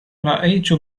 رأيت